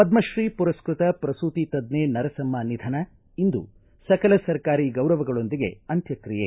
ಪದ್ಮಶ್ರೀ ಪುರಸ್ಕತ ಪ್ರಸೂತಿ ತಜ್ಜೆ ನರಸಮ್ಮ ನಿಧನ ಇಂದು ಸಕಲ ಸರ್ಕಾರಿ ಗೌರವಗಳೊಂದಿಗೆ ಅಂತ್ಯಕ್ತಿಯೆ